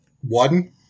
one